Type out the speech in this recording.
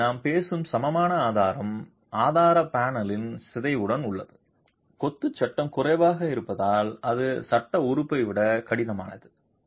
எனவே நாம் பேசும் சமமான ஆதாரம் ஆதார பேனலின் சிதைவுடன் உள்ளது கொத்து சட்டம் குறைவாக இருப்பதால் அது சட்ட உறுப்பை விட கடினமானது